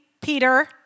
Peter